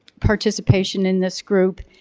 participation in this group,